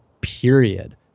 period